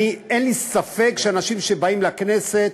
אין לי ספק שאנשים שבאים לכנסת,